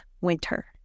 winter